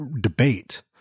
debate